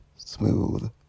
Smooth